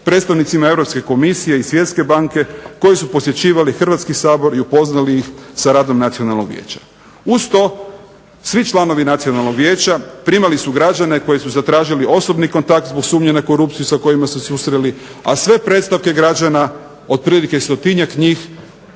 predstavnicima Europske Komisije i Svjetske banke, koji su posjećivali Hrvatski sabor i upoznali ih sa radom nacionalnog vijeća. Uz to svi članovi nacionalnog vijeća primali su građane koji su zatražili osobni kontakt zbog sumnje na korupciju sa kojima su se susreli, a sve predstavke građana otprilike stotinjak njih